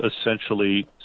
essentially